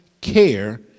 care